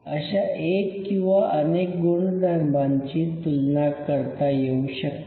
अशा एक किंवा अनेक गुणधर्मांची तुलना करता येऊ शकते